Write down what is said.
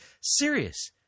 Serious